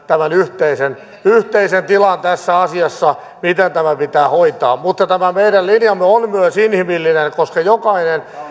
tämän yhteisen yhteisen tilan tässä asiassa miten tämä pitää hoitaa mutta tämä meidän linjamme on myös inhimillinen koska jokainen